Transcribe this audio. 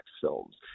films